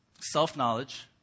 self-knowledge